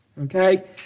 okay